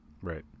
Right